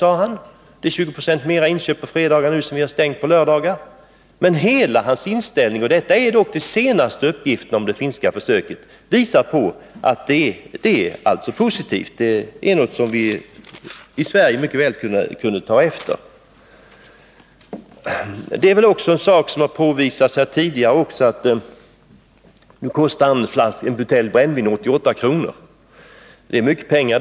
Inköpen på fredagar har ökat 20 26, men hela hans inställning — och detta är de senaste uppgifterna — visar att de finska försöken är någonting som vi i Sverige mycket väl kunde ta efter. En butelj brännvin kostar 88 kr., och det är mycket pengar.